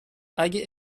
اگه